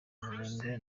minembwe